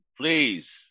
Please